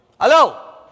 Hello